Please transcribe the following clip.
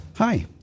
Hi